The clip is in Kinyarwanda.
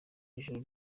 ijuru